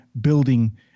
building